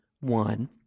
one